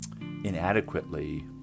inadequately